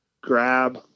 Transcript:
grab